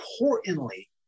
importantly